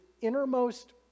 innermost